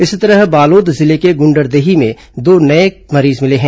इसी तरह बालोद जिले के गुंडरदेही में दो नये मरीज मिले हैं